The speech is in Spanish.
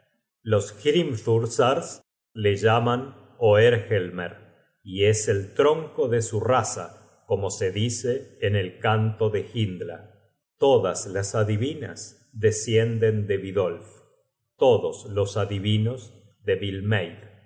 los hrimthursars le llaman oergelmer y es el tronco de su raza como se dice en el canto de hyndla todas las adivinas descienden de vidolf todos los adivinos de vilmeid